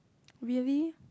really